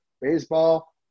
baseball